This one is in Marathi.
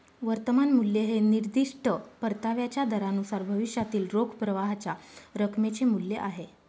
वर्तमान मूल्य हे निर्दिष्ट परताव्याच्या दरानुसार भविष्यातील रोख प्रवाहाच्या रकमेचे मूल्य आहे